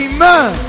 Amen